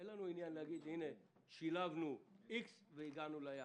אין לנו עניין להגיד: הנה, שילבנו X והגענו ליעד.